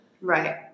Right